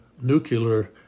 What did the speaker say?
nuclear